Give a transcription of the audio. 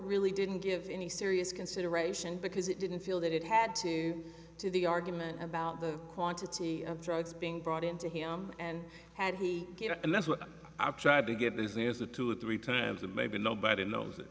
really didn't give any serious consideration because it didn't feel that it had to do the argument about the quantity of drugs being brought in to him and had he given and that's what i've tried to get is there is a two or three times and maybe nobody knows